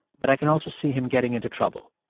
but i can also see him getting into trouble.